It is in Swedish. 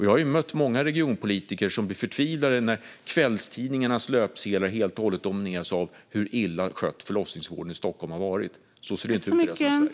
Jag har mött många regionpolitiker som blir förtvivlade när kvällstidningarnas löpsedlar helt och hållet domineras av hur illa skött förlossningsvården i Stockholm är, för så ser det inte ut i resten av Sverige.